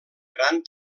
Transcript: gran